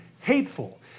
hateful